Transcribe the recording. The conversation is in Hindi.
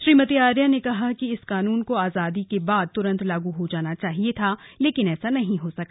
श्रीमती आर्या ने कहा कि इस कानून को आजादी के बाद तुरंत लागू हो जाना चाहिए था लेकिन ऐसा नहीं हो सका